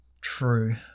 True